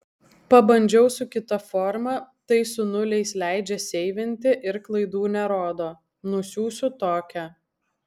pabandžiau su kita forma tai su nuliais leidžia seivinti ir klaidų nerodo nusiųsiu tokią